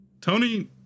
Tony